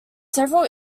several